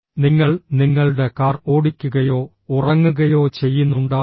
നിങ്ങൾ നിങ്ങളുടെ കാർ ഓടിക്കുകയോ ഉറങ്ങുകയോ ചെയ്യുന്നുണ്ടാകാം